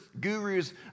guru's